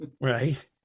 right